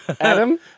Adam